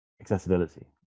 accessibility